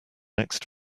next